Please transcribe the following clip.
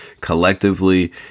Collectively